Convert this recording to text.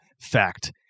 fact